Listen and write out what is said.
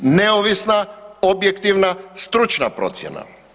Neovisna, objektivna stručna procjena.